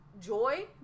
joy